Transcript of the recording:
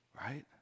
Right